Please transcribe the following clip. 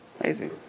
Amazing